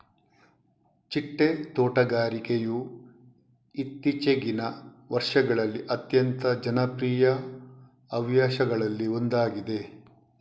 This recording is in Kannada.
ಚಿಟ್ಟೆ ತೋಟಗಾರಿಕೆಯು ಇತ್ತೀಚಿಗಿನ ವರ್ಷಗಳಲ್ಲಿ ಅತ್ಯಂತ ಜನಪ್ರಿಯ ಹವ್ಯಾಸಗಳಲ್ಲಿ ಒಂದಾಗಿದೆ